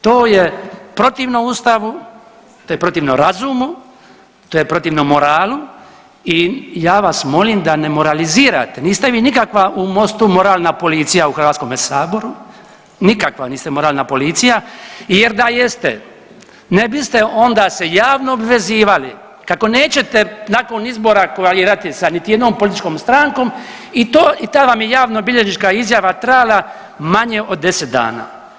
To je protivno ustavu, to je protivno razumu, to je protivno moralu i ja vas molim da ne moralizirate, niste vi nikakva u Mostu moralna policija u HS, nikakva niste moralna policija jer da jeste ne biste onda se javno obvezivali kako nećete nakon izbora koalirati sa niti jednom političkom strankom i ta vam je javnobilježnička izjava trajala manje od 10 dana.